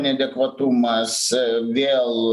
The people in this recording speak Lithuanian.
neadekvatumas vėl